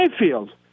Mayfield